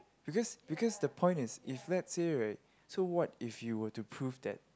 because because the point is if let's say right so what if you were to prove that